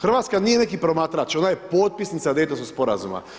Hrvatska nije neki promatrač, ona je potpisnica Daytonskog sporazuma.